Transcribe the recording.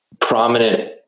prominent